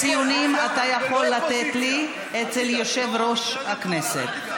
את הציונים אתה יכול לתת לי אצל יושב-ראש הכנסת.